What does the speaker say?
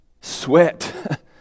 sweat